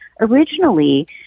originally